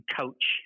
coach